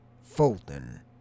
Fulton